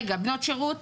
בנות שירות,